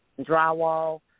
drywall